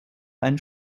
einen